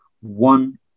One